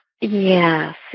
Yes